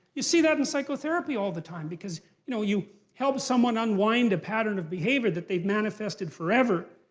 you see that in psychotherapy all the time because you know you help someone unwind a pattern of behavior that they've manifested forever.